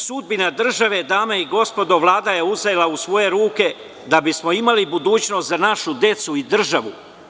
Sudbinu države, dame i gospodo, Vlada je uzela u svoje ruke da bismo imali budućnost za našu decu i državu.